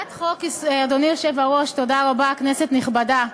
אדוני היושב-ראש, תודה רבה, כנסת נכבדה,